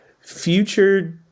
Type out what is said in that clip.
future